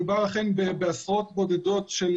מדובר אכן בעשרות בודדות של